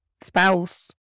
spouse